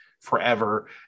forever